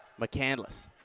McCandless